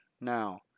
now